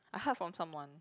I heard from someone